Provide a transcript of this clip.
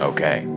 Okay